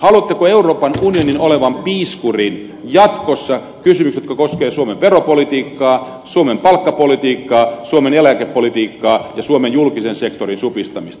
haluatteko euroopan unionin olevan piiskurin jatkossa kysymyksissä jotka koskevat suomen veropolitiikkaa suomen palkkapolitiikkaa suomen eläkepolitiikkaa ja suomen julkisen sektorin supistamista